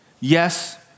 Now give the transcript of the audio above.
Yes